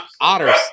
otters